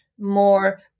more